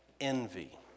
envy